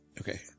Okay